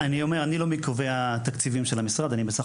אני לא מקובעי התקציבים של המשרד; אני בסך